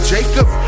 Jacob